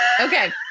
Okay